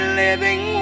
living